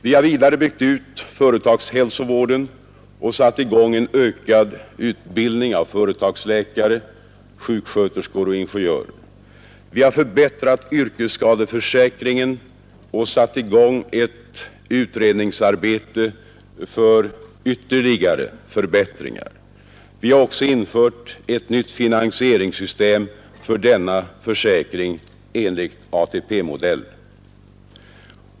Vi har vidare byggt ut företagshälsovården och satt i gång en ökad utbildning av företagsläkare, sjuksköterskor och ingenjörer. Vi har förbättrat yrkesskadeförsäkringen och satt i gång ett utredningsarbete för ytterligare förbättringar. Vi har också infört ett nytt finansieringssystem för denna försäkring enligt ATP-modell.